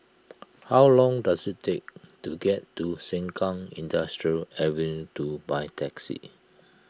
how long does it take to get to Sengkang Industrial Ave two by taxi